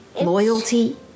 Loyalty